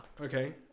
Okay